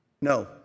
No